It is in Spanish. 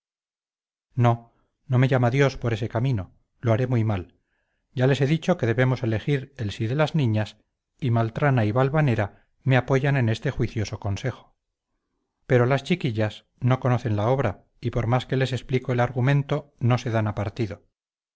no no me llama dios por ese camino lo haré muy mal ya les he dicho que debemos elegir el sí de las niñas y maltrana y valvanera me apoyan en este juicioso consejo pero las chiquillas no conocen la obra y por más que les explico el argumento no se dan a partido